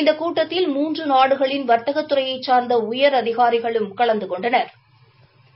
இந்த கூட்டத்தில் மூன்று நாடுகளின் வாத்தகத்துறையை சாா்ந்த உயரதிகாரிகளும் கலந்து கொண்டனா்